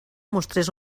mostrés